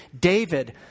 David